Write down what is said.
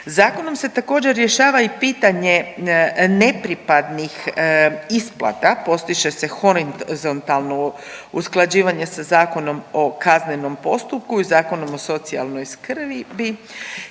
Zakonom se također rješava i pitanje nepripadnih isplata, postiže se horizontalno usklađivanje sa Zakonom o kaznenom postupku i Zakonom o socijalnoj skrbi.